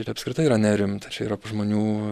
ir apskritai yra nerimta čia yra žmonių